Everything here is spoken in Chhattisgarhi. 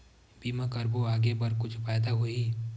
बीमा करबो आगे बर कुछु फ़ायदा होही?